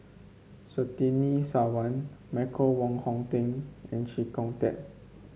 Surtini Sarwan Michael Wong Hong Teng and Chee Kong Tet